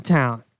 town